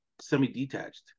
semi-detached